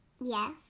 yes